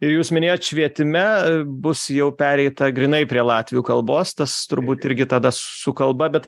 ir jūs minėjot švietime bus jau pereita grynai prie latvių kalbos tas turbūt irgi tada su kalba bet